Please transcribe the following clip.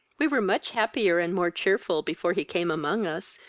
we were much happier and more cheerful before he came among us,